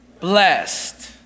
blessed